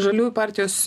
žaliųjų partijos